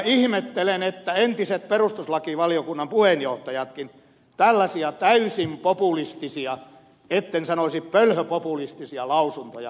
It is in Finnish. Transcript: ihmettelen että entiset perustuslakivaliokunnan puheenjohtajatkin tällaisia täysin populistisia etten sanoisi pölhöpopulistisia lausuntoja tästä asiasta antavat